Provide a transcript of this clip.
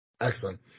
Excellent